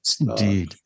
Indeed